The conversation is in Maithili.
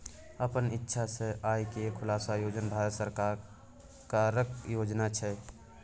अपन इक्षा सँ आय केर खुलासा योजन भारत सरकारक योजना छै